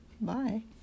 bye